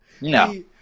no